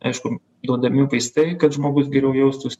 aišku duodami vaistai kad žmogus geriau jaustųs